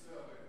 הכיסא הריק.